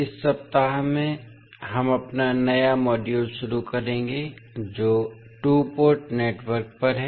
इस सप्ताह में हम अपना नया मॉड्यूल शुरू करेंगे जो टू पोर्ट नेटवर्क पर है